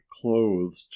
clothed